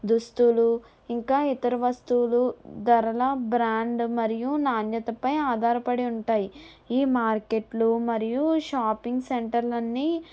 దుస్తులు ఇంకా ఇతర వస్తువులు ధరల బ్రాండ్ మరియు నాణ్యత పై ఆధారపడి ఉంటాయి ఈ మార్కెట్లు మరియు షాపింగ్ సెంటర్ లన్ని